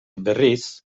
berriz